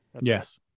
Yes